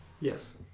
Yes